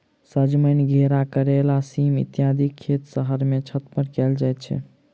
सजमनि, घेरा, करैला, सीम इत्यादिक खेत शहर मे छत पर कयल जाइत छै